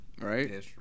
right